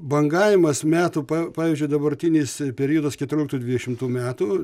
bangavimas metų pa pavyzdžiui dabartinis periodas keturioliktų dvidešimtų metų